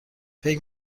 فکر